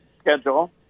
schedule